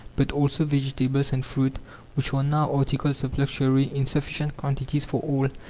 but also vegetables and fruit which are now articles of luxury, in sufficient quantities for all.